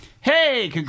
hey